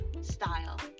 style